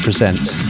presents